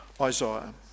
Isaiah